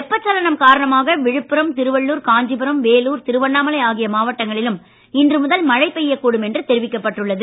வெப்பசலனம் காரணமாக விழுப்புரம் திருவள்ளூர் காஞ்சிபுரம் வேலூர் திருவண்ணாமலை ஆகிய மாவட்டங்களிலும் இன்று முதல் மழை பெய்யக்கூடும் என்று தெரிவிக்கப்பட்டு உள்ளது